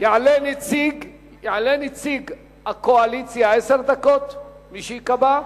יעלה נציג הקואליציה לעשר דקות, מי שייקבע,